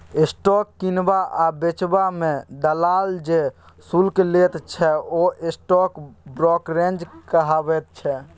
stock किनबा आ बेचबा मे दलाल जे शुल्क लैत छै ओ स्टॉक ब्रोकरेज कहाबैत छै